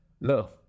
Love